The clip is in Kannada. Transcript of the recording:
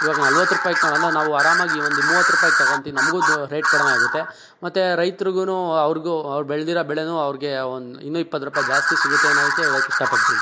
ಇವಾಗ ನಲ್ವತ್ರುಪಾಯಿಗೆ ತೊಗೊಳ್ದೇ ನಾವು ಆರಾಮಾಗಿ ಒಂದು ಮೂವತ್ರುಪಾಯಿಗೆ ತೊಗೊಳ್ತೀವಿ ನಮಗೂ ದು ರೇಟ್ ಕಡಿಮೆ ಆಗುತ್ತೆ ಮತ್ತು ರೈತರಿಗೂ ಅವ್ರಿಗೂ ಅವ್ರು ಬೆಳ್ದಿರೊ ಬೆಳೆಯು ಅವ್ರಿಗೆ ಒಂದು ಇನ್ನೂ ಇಪ್ಪತ್ರುಪಾಯಿ ಜಾಸ್ತಿ ಸಿಗುತ್ತೆ ಅನ್ನೋದಕ್ಕೆ ಹೇಳೋಕ್ಕೆ ಇಷ್ಟಪಡ್ತೀನಿ